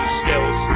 skills